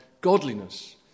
Godliness